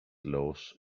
loss